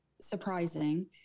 surprising